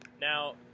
now